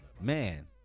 man